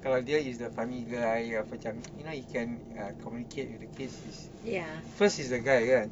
kalau dia is the funny guy apa macam you know he can uh communicate with the kids ya first he's a guy kan